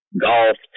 golf